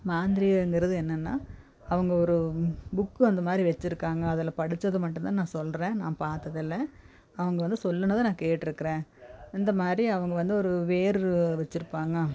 மாந்திரீகங்கிறது என்னென்னா அவங்க ஒரு புக்கு அந்த மாதிரி வச்சிருக்காங்க அதில் படிச்சது மட்டும் தான் நான் சொல்லுறேன் நான் பாத்ததில்லை அவங்க வந்து சொல்லுனதை நான் கேட்டுருக்கறேன் அந்த மாதிரி அவங்க வந்து ஒரு வேர் வச்சிருப்பாங்க